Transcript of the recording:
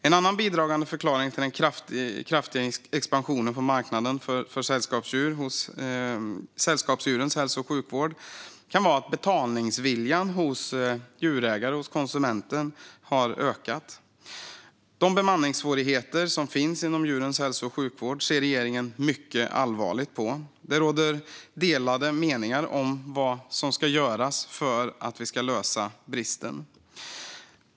En annan bidragande förklaring till den kraftiga expansionen på marknaden för sällskapsdjurs hälso och sjukvård kan vara att betalningsviljan hos djurägare, konsumenter, har ökat. De bemanningssvårigheter som finns inom djurens hälso och sjukvård ser regeringen mycket allvarligt på. Det råder delade meningar om vad som ska göras för att lösa bristen.